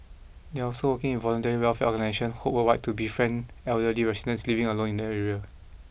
they are also working with voluntary welfare organisation Hope Worldwide to befriend elderly residents living alone in the area